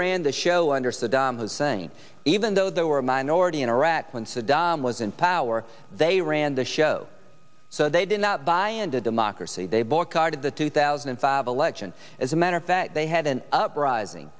ran the show under saddam hussein even though they were a minority in iraq when saddam was in power they ran the show so they did not buy into democracy they boycotted the two thousand and five election as a matter of fact they had an uprising